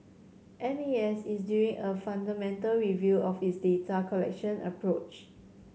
M A S is doing a fundamental review of its data collection approach